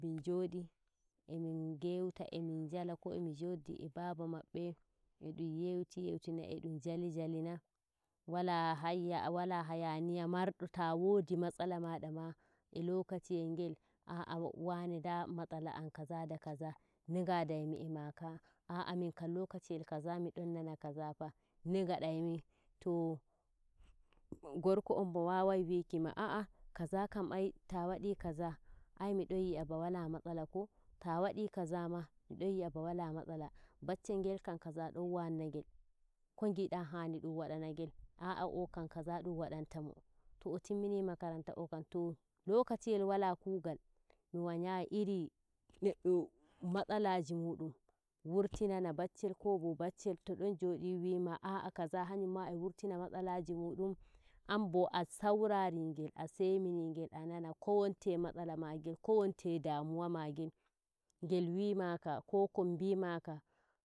E ɗum jodi emin ngeuta emin nyala ko emi joddi e baaba maɓɓe eɗum yeuti yeutina eɗum yali jalina wala hayaniya wal- to wodi matsalama da ma e lokaci yel ngel, ah wane ndu matsala am kaza da kaza ne ngadaimi e maaka a'a minkam lokaciyel kaza miɗon nana kaza fa no ngadaimi e maaka a'a minkam lokaciyel kaza miɗon nana kaza fa too gorko on bo wawai wikini a'a kaza kam ai ta wadi kaza ai midon yi'ah ba wala matsala ko ta wadi kaza ma mi yiah ba wala matsala. Baccel ngel kam kaza don wanna ngel ko ngida hannu ɗum wadu nangel? A'ah ohkam kaza ɗum wadan ta mo Ta o timmini makaranta ohkam. To lokaciyel wala kuugal miwangai iri neɗɗo Matsala ji mudun wurtinana baccel aaKo ba baccel to don jodi wima, kaza hanyumma e wurtina matsala ji muɗun anbo an saurari ngel semini ngel a nana kowonte matsala magel ko wowonte damuwa magel ngel wulmaaka ko kon bi'imaka.